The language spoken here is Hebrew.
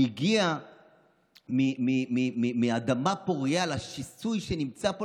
הוא הגיע מאדמה פורייה לשיסוי שמצא פה,